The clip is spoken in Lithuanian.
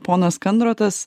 ponas kandrotas